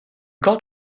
got